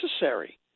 necessary